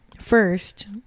First